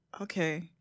okay